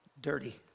dirty